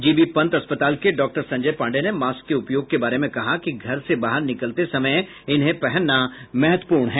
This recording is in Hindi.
जी बी पंत अस्पताल के डॉक्टर संजय पांडे ने मास्क के उपयोग के बारे में कहा कि घर से बाहर निकलते समय उन्हें पहनना महत्वपूर्ण है